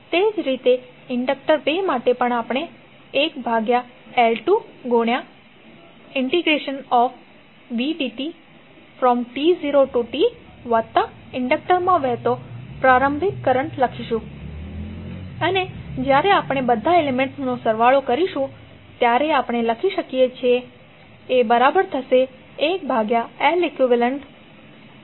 તે જ રીતે ઇન્ડક્ટર 2 માટે પણ આપણે 1L2t0tvdt વત્તા ઇન્ડક્ટરમા વહેતો પ્રારંભિક કરંટ લખીશું અને જ્યારે આપણે બધા એલિમેન્ટ્સનો સરવાળો કરીશું ત્યારે આપણે લખી શકીએ છીએ